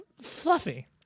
Fluffy